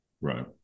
right